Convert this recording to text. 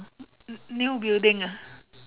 new building ah